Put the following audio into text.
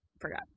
forgot